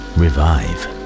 revive